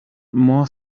more